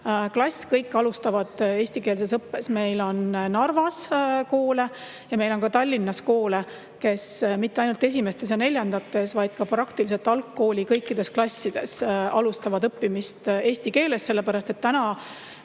klass – kõik alustavad eestikeelset õpet. Meil on Narvas koole ja meil on ka Tallinnas koole, kes mitte ainult esimestes ja neljandates, vaid ka algkooli praktiliselt kõikides klassides alustavad õppimist eesti keeles, sellepärast et tänavu